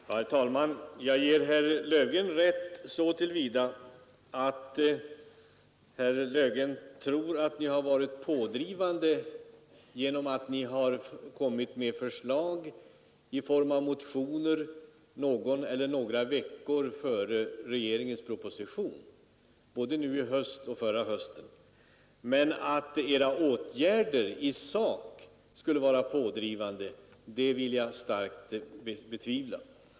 Herr talman! Jag ger herr Löfgren rätt så till vida att ni tror er ha framstått som pådrivande genom att ni kommit med förslag i form av motioner någon vecka eller några veckor före regeringens proposition. Detta gäller både nu i höst och under förra hösten. Men att era förslag i sak skulle varit pådrivande vill jag starkt betvivla.